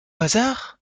hasard